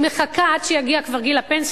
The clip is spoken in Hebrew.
היא מחכה עד שיגיע כבר גיל הפנסיה,